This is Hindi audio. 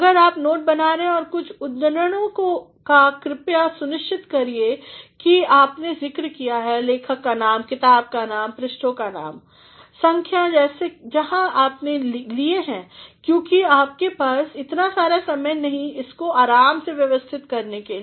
अगर आप नोट बना रहे हैं कुछ उद्धरणों का कृपया सुनिश्चित करिए कि आपने ज़िक्र किया है लेखक का नाम किताब का नाम पृष्ठों का नाम संख्या जहाँ से आपने लिए हैं क्योंकि आपके पास इतने सारा समय नहीं इसको आराम से व्यवस्थित करने के लिए